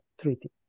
treaty